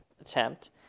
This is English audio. attempt